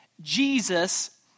Jesus